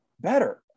better